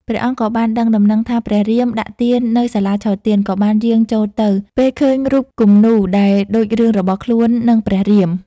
ព្រះអង្គក៏បានដឹងដំណឹងថាព្រះរៀមដាក់ទាននៅសាលាឆទាន ក៏បានយាងចូលទៅ ពេលឃើញរូបគំនូរដែលដូចរឿងរបស់ខ្លួន និងព្រះរៀម។